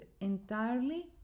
entirely